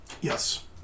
Yes